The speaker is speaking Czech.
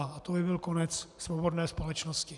A to by byl konec svobodné společnosti.